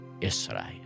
Israel